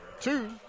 two